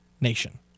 Nation